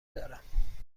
دارم